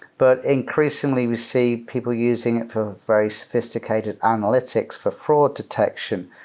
but increasingly we see people using it for very sophisticated analytics for fraud detection,